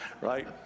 right